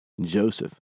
Joseph